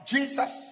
Jesus